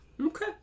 Okay